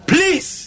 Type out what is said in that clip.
Please